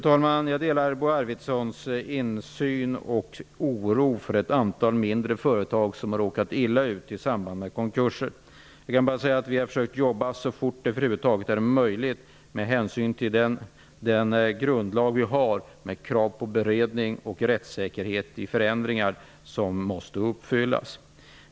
Fru talman! Jag delar Bo Arvidsons oro för ett antal mindre företag, som har råkat illa ut i samband med konkurser. Vi har försökt jobba så fort som över huvud taget har varit möjligt med hänsyn till gällande grundlag med krav, som måste uppfyllas, på beredning och rättssäkerhet vid förändringar.